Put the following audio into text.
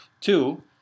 two